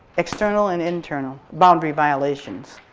external and internal boundary violations.